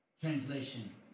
Translation